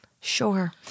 Sure